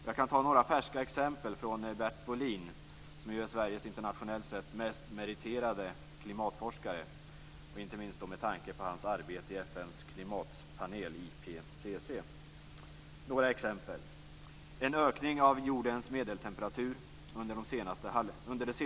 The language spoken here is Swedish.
Jag kan ta några färska exempel från Bert Bolin, som ju är Sveriges internationellt sett mest meriterade klimatforskare, inte minst med tanke på hans arbete i FN:s klimatpanel IPCC.